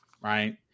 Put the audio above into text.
right